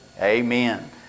Amen